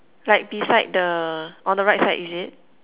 like beside the on the right side is it